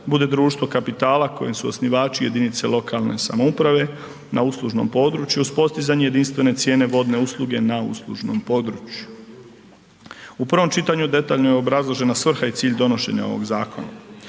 bude društvo kapitala kojem su osnivači jedinice lokalne samouprave na uslužnom području uz postizanje jedinstvene cijene vodne usluge na uslužnom području. U prvom čitanju detaljno je obrazložena svrha i cilj donošenja ovog zakona,